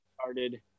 started